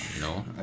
no